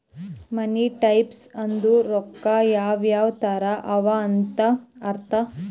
ಮನಿ types ಅಂದುರ್ ರೊಕ್ಕಾ ಯಾವ್ ಯಾವ್ ತರ ಅವ ಅಂತ್ ಅರ್ಥ